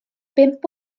bump